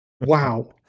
Wow